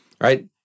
right